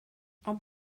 ond